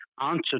answer